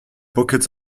buckets